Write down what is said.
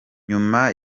nyuma